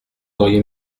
auriez